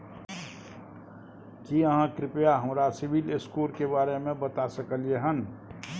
की आहाँ कृपया हमरा सिबिल स्कोर के बारे में बता सकलियै हन?